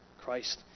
Christ